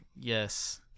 Yes